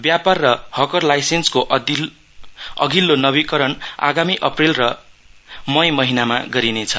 व्यापार र हकर्स लाइसेन्सको अघिल्लो नविकरण आगामी अप्रेल र मई महिनामा गरिनेछ